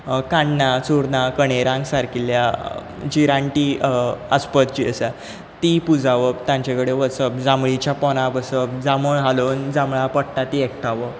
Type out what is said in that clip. काण्णां चुन्नां कणेरां सारकिल्ल्या जी रानटी आस्पत जी आसा ती पुंजावप तांचे कडेन वचप जांबळीच्या पोंदा बसप जांबळ हालोवन जांबळां पडटात तीं एकठांवप